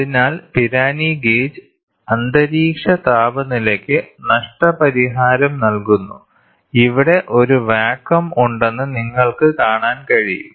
അതിനാൽ Pirani gauge അന്തരീക്ഷ താപനിലയ്ക്ക് നഷ്ടപരിഹാരം നൽകുന്നു ഇവിടെ ഒരു വാക്വം ഉണ്ടെന്ന് നിങ്ങൾക്ക് കാണാൻ കഴിയും